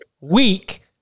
week